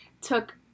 took